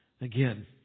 Again